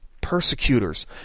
persecutors